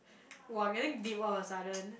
!woah! getting deep all of sudden